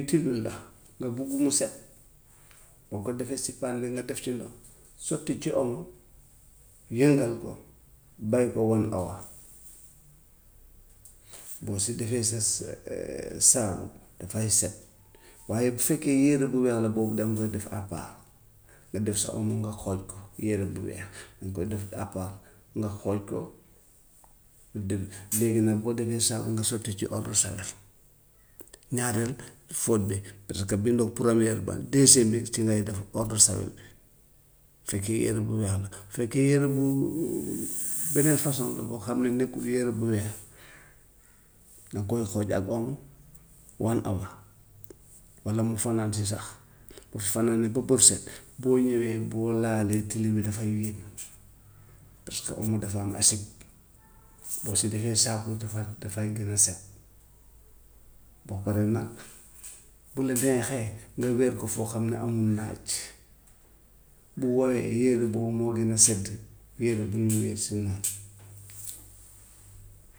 Utile bi la nga bugg mu set, boo ko defee si paan bi nga def ci ndox, sotti ci omo, yëngal ko, bàyyi ko one hour, boo si defee sa sa saabu dafay set. Waaye bu fekkee yére bu weex la boobu danga koy def à part, nga def sa omo nga xooj ko yére bu weex danga koy def à part, nga xooj ko. De léegi nag boo defee saabu nga sotti ci eau de javel, ñaareel fóot bi, parce que bi ndox première ba, deuxième bi ci ngay def eau de javel fekkee yére bu weex la, fekkee yére bu beneen façon la boo xam ne nekkul yére bu weex danga koy xooj ak omo one hour, walla mu fanaan si sax, bu fi fanaanee ba bët set boo ñëwee boo laalee tilim yi dafay weex parce que omo dafa am asib, boo si defee saabu dafa dafay gën a set. Boo paree nag bu la neexee nga weer ko foo xam ne amul naaj, bu wowee yére bu wow moo gën a sedd yére bu ñu weer si naaj.